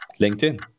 LinkedIn